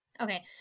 Okay